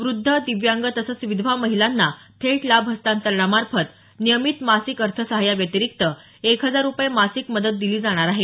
व्रद्ध दिव्यांग तसंच विधवा महिलांना थेट लाभ हस्तांतरणामार्फत नियमित मासिक अर्थसहाय्याव्यतिरिक्त एक हजार रुपये मासिक मदत दिली जाणार आहे